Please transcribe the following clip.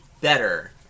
better